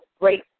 great